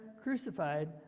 crucified